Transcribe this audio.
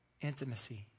Intimacy